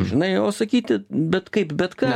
žinai o sakyti bet kaip bet ką